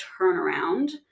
turnaround